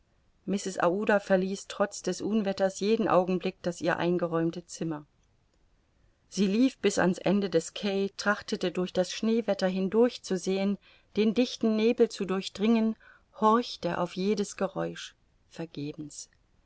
verließ trotz des unwetters jeden augenblick das ihr eingeräumte zimmer sie lief bis an's ende des quai trachtete durch das schneewetter hindurch zu sehen den dichten nebel zu durchdringen horchte auf jedes geräusch vergebens